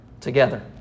together